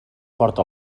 porta